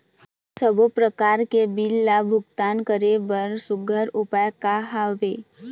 सबों प्रकार के बिल ला भुगतान करे बर सुघ्घर उपाय का हा वे?